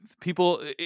people